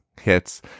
hits